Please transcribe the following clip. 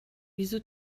wieso